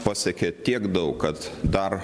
pasiekė tiek daug kad dar